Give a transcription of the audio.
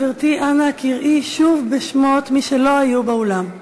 גברתי, אנא קראי שוב בשמות מי שלא היו באולם.